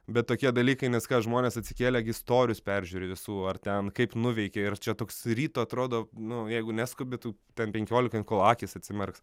bet tokie dalykai nes ką žmonės atsikėlę gi storius peržiūri visų ar ten kaip nuveikė ir čia toks ryto atrodo nu jeigu neskubi tu ten penkiolika kol akys atsimerks